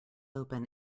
open